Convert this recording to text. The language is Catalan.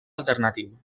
alternatiu